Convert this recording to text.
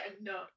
no